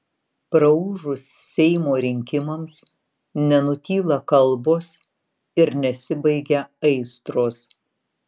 praūžus seimo rinkimams nenutyla kalbos ir nesibaigia aistros